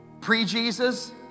Pre-Jesus